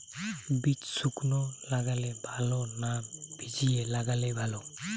বীজ শুকনো লাগালে ভালো না ভিজিয়ে লাগালে ভালো?